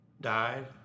died